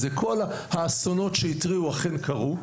וכל האסונות שהתריעו אכן קרו.